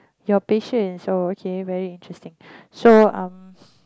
your passion oh okay very interesting so um